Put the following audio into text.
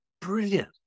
Brilliant